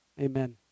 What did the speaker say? amen